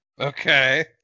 Okay